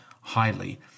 highly